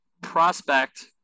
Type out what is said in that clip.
prospect